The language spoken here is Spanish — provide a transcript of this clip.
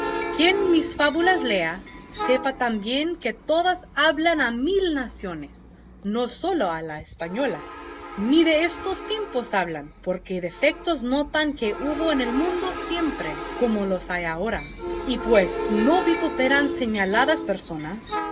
quien mis fábulas lea sepa también que todas hablan a mil naciones no sólo a la española ni de estos tiempos hablan porque defectos notan que hubo en el mundo siempre como los hay ahora y pues no vituperan señaladas personas